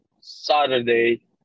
Saturday